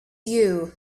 you